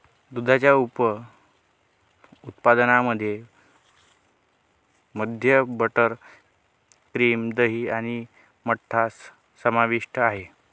दुधाच्या उप उत्पादनांमध्ये मध्ये बटर, क्रीम, दही आणि मठ्ठा समाविष्ट आहे